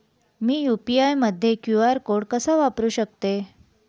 मी UPI मध्ये QR code कसा वापरु शकते?